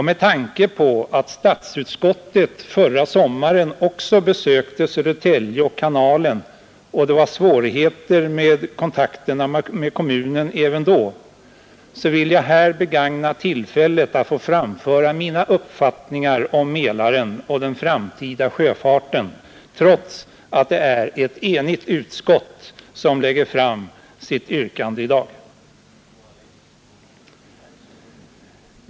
Med tanke på att statsutskottet förra sommaren också besökte Södertälje och tittade på kanalen och att det var svårigheter med kontakterna med kommunen även då vill jag här begagna tillfället att få framföra mina uppfattningar om Mälaren och den framtida sjöfarten, trots att det är ett enigt utskott som lägger fram sitt yrkande i dag.